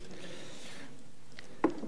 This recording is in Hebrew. תודה רבה,